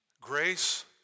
Grace